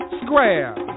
square